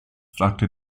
fragte